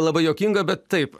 labai juokinga bet taip